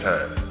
Time